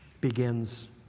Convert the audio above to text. begins